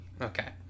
Okay